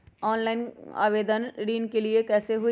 Online आवेदन ऋन के लिए कैसे हुई?